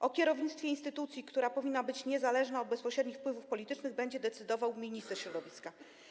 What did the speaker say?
O kierownictwie instytucji, która powinna być niezależna od bezpośrednich wpływów politycznych, będzie decydował minister środowiska.